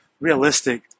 realistic